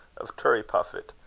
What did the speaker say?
of turriepuffit,